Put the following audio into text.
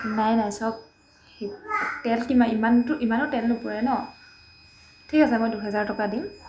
নাই নাই চব তেল কিমান ইমানটো ইমানো তেল নোপুৰে ন ঠিক আছে মই দুহেজাৰ টকা দিম